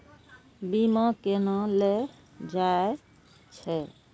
बीमा केना ले जाए छे?